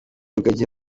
rugagi